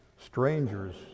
strangers